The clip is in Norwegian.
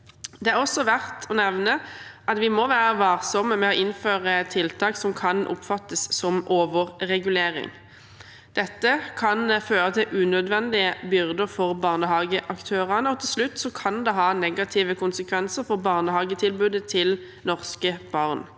Det er også verdt å nevne at vi må være varsomme med å innføre tiltak som kan oppfattes som overregulering. Dette kan føre til unødvendige byrder for barnehageaktørene, og til slutt kan det ha negative konsekvenser for barnehagetilbudet til norske barn.